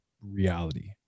reality